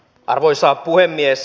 arvoisa puhemies